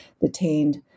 detained